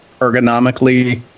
ergonomically